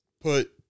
Put